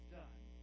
done